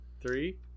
Three